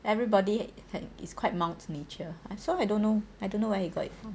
everybody is quite mild nature I so I don't know I don't know where he got it from